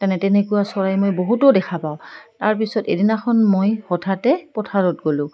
তেনে তেনেকুৱা চৰাই মই বহুতো দেখা পাওঁ তাৰপিছত এদিনাখন মই হঠাতে পথাৰত গ'লোঁ